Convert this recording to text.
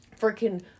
freaking